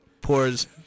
pours